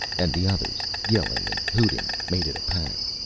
and the others, yelling and hooting, made it a pack